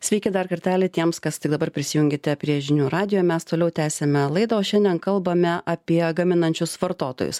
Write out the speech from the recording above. sveiki dar kartelį tiems kas tik dabar prisijunkite prie žinių radijo mes toliau tęsiame laidą o šiandien kalbame apie gaminančius vartotojus